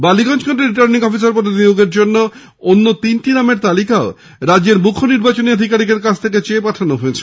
বালিগঞ্জ কেন্দ্রে returning officer পদে নিয়োগের জন্য অন্য তিনটি নামের তালিকাও রাজ্যের মুখ্য নির্বাচনী আধিকারিকের কাছ থেকে চেয়ে পাঠানো হয়েছে